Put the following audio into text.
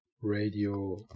radio